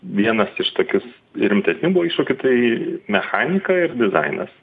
vienas iš tokius rimtesnių iššūkių tai mechanika ir dizainas